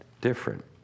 different